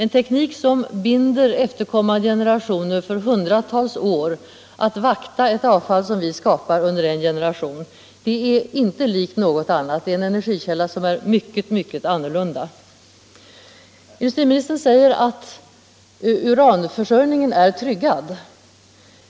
En teknik som binder efterkommande generationer för hundratals år vid att vakta ett avfall som vi skapar under en generation är inte likt något annat — det är en energikälla som är mycket annorlunda. Industriministern säger att uranförsörjningen är tryggad.